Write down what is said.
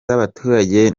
z’abaturage